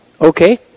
okay